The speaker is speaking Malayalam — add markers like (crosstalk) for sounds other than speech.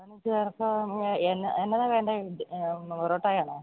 (unintelligible) ചേര്ക്കാം എന്താണ് വേണ്ടത് പൊറോട്ടായാണോ